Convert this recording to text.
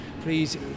please